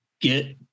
get